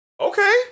Okay